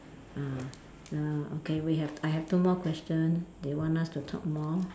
ah the okay we have I have two more question they want us to talk more